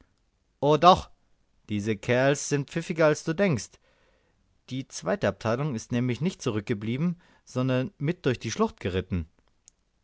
o doch diese kerls sind pfiffiger als du denkst die zweite abteilung ist nämlich nicht zurückgeblieben sondern mit durch die schlucht geritten